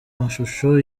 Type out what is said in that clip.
mashusho